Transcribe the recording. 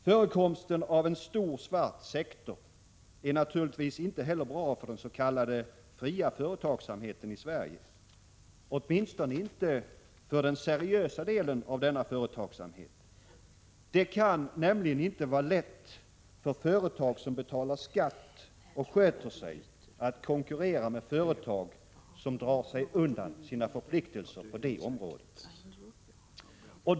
Förekomsten av en stor svart sektor är naturligtvis inte heller bra för den s.k. fria företagsamheten i Sverige — åtminstone inte för den seriösa delen. Det kan nämligen inte vara lätt för företag som betalar skatt och sköter sig att konkurrera med företag som drar sig undan sina förpliktelser på detta område.